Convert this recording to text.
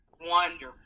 wonderful